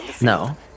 No